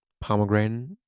Pomegranate